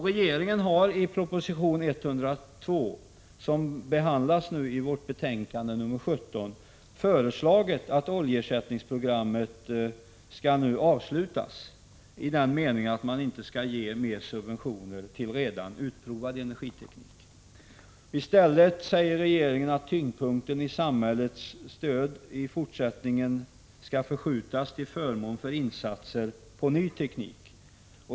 Regeringen har i proposition 102, som behandlas i betänkande 17, föreslagit att oljeersättningsprogrammet nu skall avslutas, i den meningen att man inte skall ge mer subventioner till redan utprovad energiteknik. I stället säger regeringen att tyngdpunkten i samhällets stöd skall förskjutas till förmån för insatser för ny teknik.